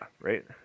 right